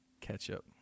Ketchup